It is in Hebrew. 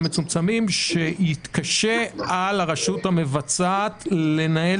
שזה חודש שיקשה על הרשות המבצעת לנהל